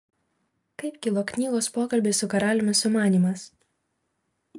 kaip kilo knygos pokalbiai su karaliumi sumanymas